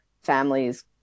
families